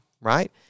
right